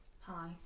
Hi